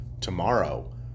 tomorrow